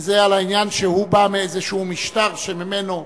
וזה על העניין שהוא בא מאיזה משטר שממנו,